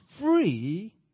free